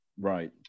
Right